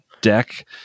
deck